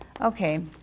Okay